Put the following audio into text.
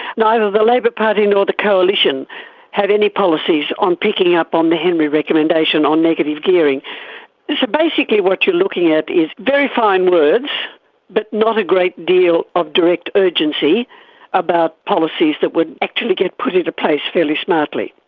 neither the labor party nor the coalition have any policies on picking up on the henry recommendation on negative gearing. so yeah basically what you are looking at is very fine words but not a great deal of direct urgency about policies that would actually get put into place fairly smartly.